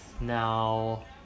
now